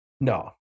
No